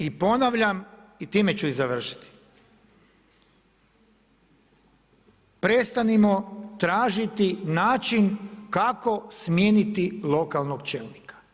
I ponavljam i time ću i završiti, prestanimo tražiti način kako smijeniti lokalnog čelnika.